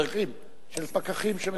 של פקחים.